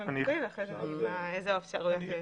המקצועי ואחר כך נראה איזה עוד אפשרויות יש.